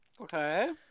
Okay